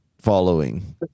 following